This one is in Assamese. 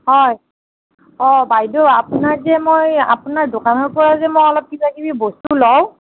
হয় অঁ বাইদেউ আপোনাক যে মই আপোনাৰ দোকনৰ পৰা যে মই অলপ কিবা কিবি বস্তু লওঁ